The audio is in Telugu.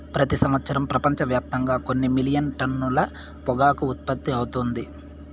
ప్రతి సంవత్సరం ప్రపంచవ్యాప్తంగా కొన్ని మిలియన్ టన్నుల పొగాకు ఉత్పత్తి అవుతుంది